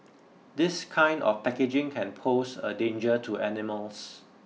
this kind of packaging can pose a danger to animals